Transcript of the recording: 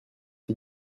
est